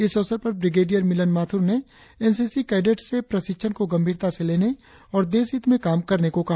इस अवसर पर ब्रिगेडियर मिलन माथुर ने एनसीसी कैडट्स से प्रशिक्षण को गंभीरता से लेने और देश हित में काम करने को कहा